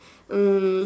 um